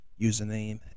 username